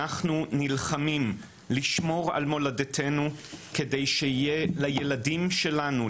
אנחנו נלחמים לשמור על מולדתנו כדי שיהיה לילדים שלנו,